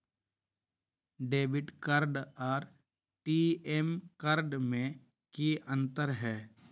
Debit card आर ATM card में की अंतर है?